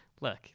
look